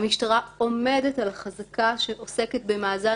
-- המשטרה עומדת על החזקה שעוסקת במאזן